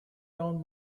down